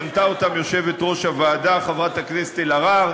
מנתה אותם יושבת-ראש הוועדה חברת הכנסת אלהרר.